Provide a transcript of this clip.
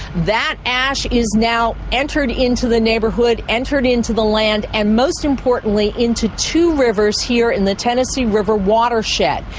that ash is now entered into the neighborhood, entered into the land and most importantly into two rivers here in the tennessee river watershed.